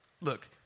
Look